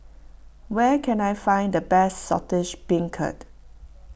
where can I find the best Saltish Beancurd